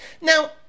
Now